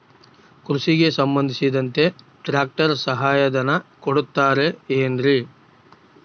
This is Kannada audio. ಕೃಷಿಗೆ ಸಂಬಂಧಿಸಿದಂತೆ ಟ್ರ್ಯಾಕ್ಟರ್ ಸಹಾಯಧನ ಕೊಡುತ್ತಾರೆ ಏನ್ರಿ?